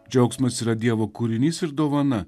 džiaugsmas yra dievo kūrinys ir dovana